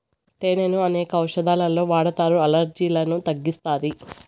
తేనెను అనేక ఔషదాలలో వాడతారు, అలర్జీలను తగ్గిస్తాది